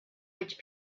which